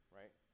right